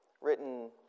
written